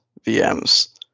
VMs